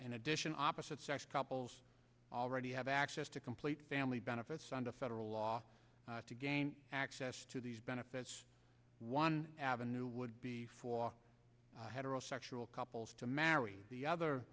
in addition opposite sex couples already have access to complete family benefits under federal law to gain access to these benefits one avenue would be for heterosexual couples to marry the other